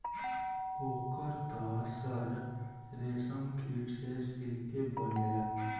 ओकर त सर रेशमकीट से सिल्के बनेला